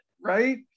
right